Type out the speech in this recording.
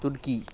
تُڑکی